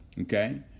okay